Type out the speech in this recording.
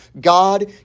God